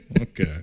Okay